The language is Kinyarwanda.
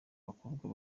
bakobwa